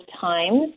times